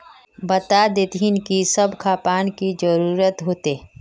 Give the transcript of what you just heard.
बता देतहिन की सब खापान की जरूरत होते?